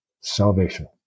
salvation